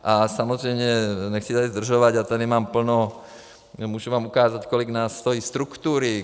A samozřejmě, nechci tady zdržovat, já tady mám plno můžu vám ukázat, kolik nás stojí struktury.